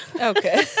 Okay